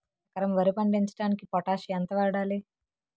ఎకరం వరి పండించటానికి పొటాష్ ఎంత వాడాలి?